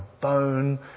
bone